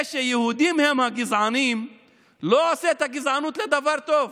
זה שיהודים הם הגזענים לא עושה את הגזענות לדבר טוב.